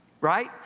right